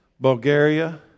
Bulgaria